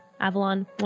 Avalon